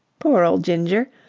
poor old ginger!